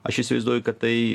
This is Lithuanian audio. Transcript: aš įsivaizduoju kad tai